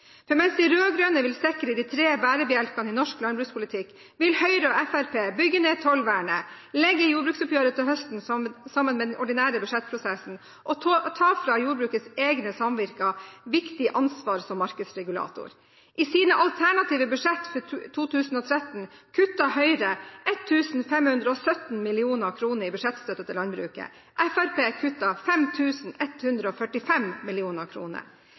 For mens de rød-grønne vil sikre de tre bærebjelkene i norsk landbrukspolitikk, vil Høyre og Fremskrittspartiet bygge ned tollvernet, legge jordbruksoppgjøret til høsten sammen med den ordinære budsjettprosessen, og frata jordbrukets egne samvirker viktig ansvar som markedsregulator. I sine alternative budsjett for 2013 kuttet Høyre 1 517 mill. kr i budsjettstøtte til landbruket.